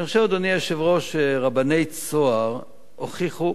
אני חושב, אדוני היושב-ראש, שרבני "צהר" הוכיחו